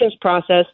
process